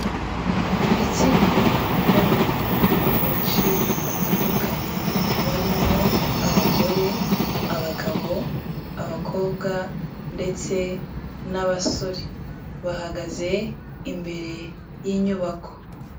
Itsinda ry'abantu benshi batandukanye barimo abagore, abagabo, abakobwa ndetse n'abasore bahagaze imbere y'inyubako.